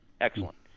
Excellent